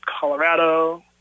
Colorado